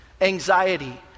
anxiety